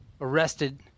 arrested